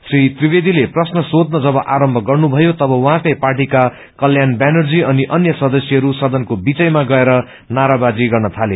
श्री त्रिवेदीले प्रश्न सोध्न जब आरम्भ गर्नुभयो तब उझँकै पार्टीका कल्याण ब्यानर्जी अनि अन्य सदस्यहरू सदनको विचैमा गएर नाराबरजी गर्न थाले